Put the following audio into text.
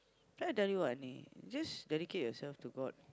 did I tell you what just dedicate yourself to God